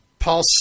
Paul